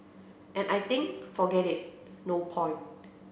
and I think forget it no point